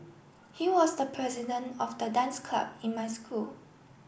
he was the president of the dance club in my school